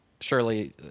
Surely